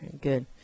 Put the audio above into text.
Good